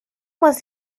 was